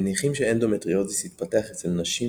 מניחים שאנדומטריוזיס יתפתח אצל נשים